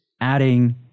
adding